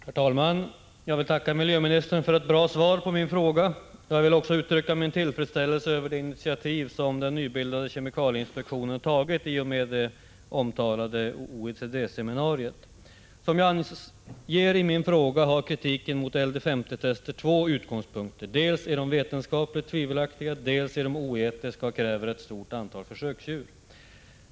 Herr talman! Jag vill tacka miljöministern för ett bra svar på min fråga. Jag vill också uttrycka min tillfredsställelse över det initiativ som den nybildade kemikalieinspektionen har tagit vid det omtalade OECD-seminariet. Som jag anger i min fråga har kritiken mot LD-50-tester två utgångspunkter. Dels är de vetenskapligt tvivelaktiga, dels är de oetiska och kräver ett stort antal försöksdjur.